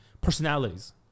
Personalities